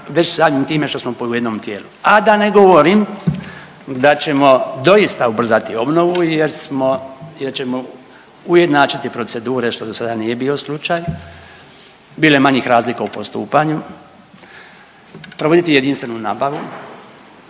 već samim time što smo pod u jednom tijelu, a da ne govorim da ćemo doista ubrzati obnovu jer smo, jer ćemo ujednačiti procedure, što do sada nije bio slučaj, bilo je manjih razlika u postupanju, provoditi jedinstvenu nabavu,